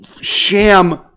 sham